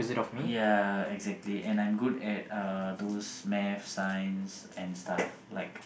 ya exactly and I'm good at uh those math science and stuff like